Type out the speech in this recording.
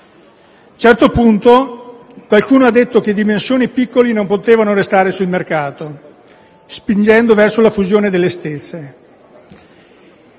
un certo punto, qualcuno ha detto che dimensioni piccole non potevano restare sul mercato, spingendo verso la fusione delle stesse.